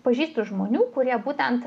pažįstu žmonių kurie būtent